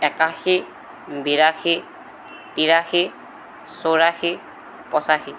একাশী বিৰাশী তিৰাশী চৌৰাশী পঁচাশী